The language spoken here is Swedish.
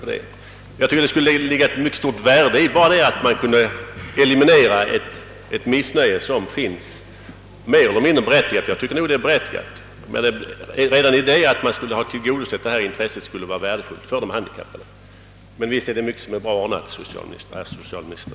Jag tycker att det skulle ligga ett mycket stort värde i att bara eliminera ett missnöje som finns och som kan vara mer eller mindre berättigat — jag tycker nog att det är berättigat. Men visst är det mycket som är bra ordnat, herr socialminister!